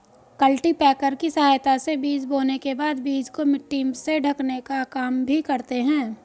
cultipacker की सहायता से बीज बोने के बाद बीज को मिट्टी से ढकने का काम भी करते है